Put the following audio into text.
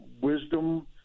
wisdom